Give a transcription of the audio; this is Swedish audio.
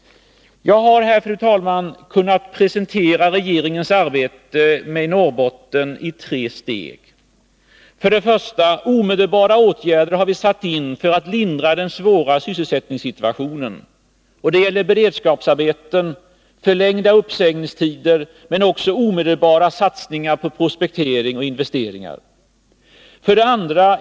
Fru talman! Jag har kunnat presentera regeringens arbete med Norrbotten i tre steg: 1. Vi har satt in omedelbara åtgärder för att lindra den svåra sysselsätt ” ningssituationen. Det gäller beredskapsarbeten och förlängda uppsägningstider men även omedelbara satsningar på prospektering och investeringar. 2.